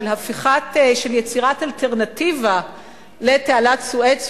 של יצירת אלטרנטיבה לתעלת סואץ,